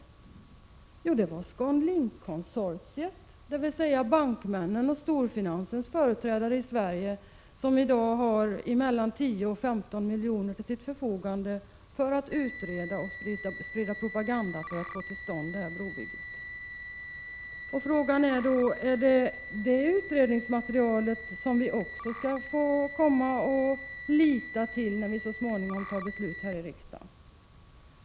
1986/87:49 var ScanLinkkonsortiet, dvs. bankmännens och storfinansens företrädare i 15 december 1986 Sverige, som i dag har mellan 10 och 15 milj.kr. till sitt förfogande för att.=ZdCd aren utreda saken och sprida propaganda för att få till stånd detta brobygge. Frågan är då: Är det detta utredningsmaterial som vi skall lita till när vi så småningom fattar beslut här i riksdagen?